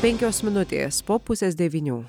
penkios minutės po pusės devynių